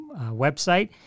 website